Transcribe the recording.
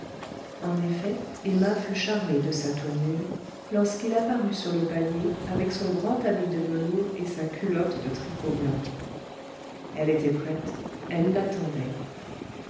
en effet emma fut charmée de sa tournure lorsqu'il apparut sur le palier avec son grand habit de velours et sa culotte de tricot blanc elle était prête elle l'attendait